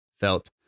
felt